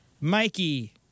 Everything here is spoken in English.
Mikey